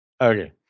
Okay